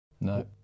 No